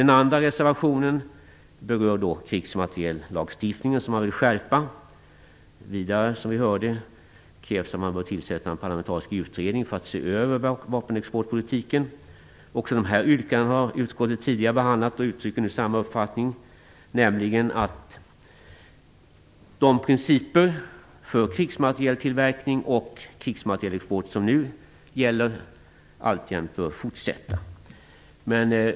Den andra reservationen berör krigsmateriellagstiftningen som man vill skärpa. Vidare, som vi hörde, krävs att man skall tillsätta en parlamentarisk utredning för att se över vapenexportpolitiken. Också dessa yrkanden har utskottet tidigare behandlat och uttrycker nu samma uppfattning, nämligen att de principer för krigsmaterieltillverkning och krigsmaterielexport som nu gäller alltjämt får gälla.